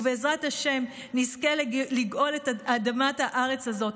ובעזרת השם נזכה לגאול את אדמת הארץ הזאת,